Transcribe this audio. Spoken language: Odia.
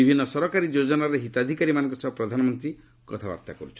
ବିଭିନ୍ନ ସରକାରୀ ଯୋଜନାର ହିତାଧିକାରୀମାନଙ୍କ ସହ ପ୍ରଧାନମନ୍ତ୍ରୀ କଥାବାର୍ତ୍ତା କରୁଛନ୍ତି